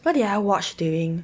what did I watch during